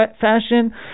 fashion